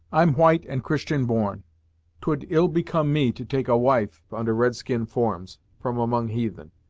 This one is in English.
i'm white and christian born t would ill become me to take a wife, under red-skin forms, from among heathen.